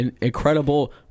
incredible